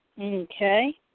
Okay